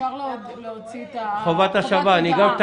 אפשר להוציא את חובת הודעה.